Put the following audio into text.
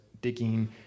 digging